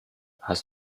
hast